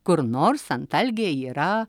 kur nors antalgė yra